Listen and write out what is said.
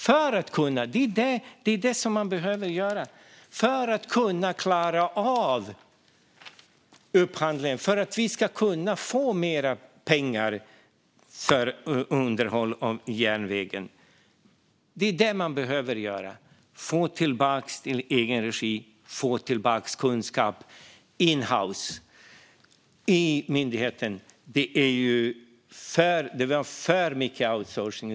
Det är det man behöver göra för att kunna klara av upphandlingen och för att vi ska kunna få mer pengar till underhåll av järnvägen. Det är det man behöver göra - få tillbaka kunskap i egen regi, inhouse i myndigheten. Det var för mycket outsourcing.